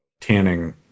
tanning